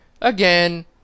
Again